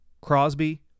Crosby